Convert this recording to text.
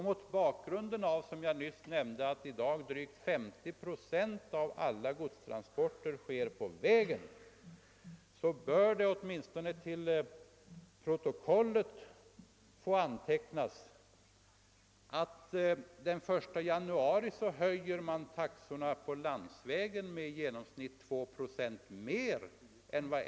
Mot bakgrund av att såsom jag nyss nämnde drygt 50 procent av alla godstransporter går på landsväg bör det till protokollet antecknas att landsvägstrafiken den 1 januari höjer sina taxor med i genomsnitt 2 procent mer än SJ.